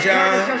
John